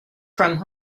from